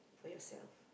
for yourself